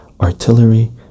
artillery